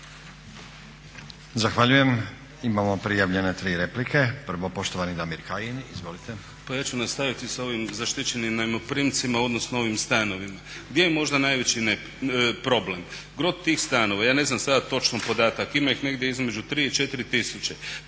Zahvaljujem. Imamo prijavljene 3 replike. Prvo, poštovani Damir Kajin. Izvolite. **Kajin, Damir (ID - DI)** Pa ja ću nastaviti sa ovim zaštićenim najmoprimcima, odnosno ovim stanovima. Gdje je možda najveći problem? Gro tih stanova, ja ne znam sada točno podatak, ima ih negdje između 3 i 4